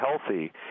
healthy